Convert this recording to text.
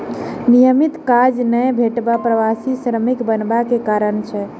नियमित काज नै भेटब प्रवासी श्रमिक बनबा के कारण अछि